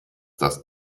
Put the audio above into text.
das